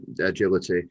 agility